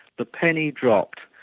the penny dropped.